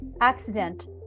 accident